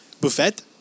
Buffet